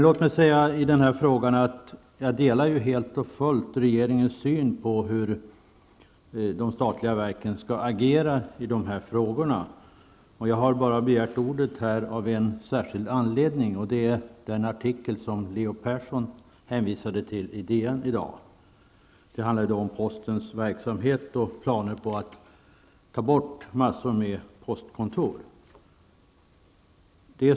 Låt mig säga att jag helt och hållet delar regeringens syn på hur de statliga verken skall agera i de här frågorna. Jag har begärt ordet bara av en särskild anledning, nämligen den artikel i DN i dag som Leo Persson hänvisade till -- den handlar om postens verksamhet och planer på att ta bort massor av postkontor.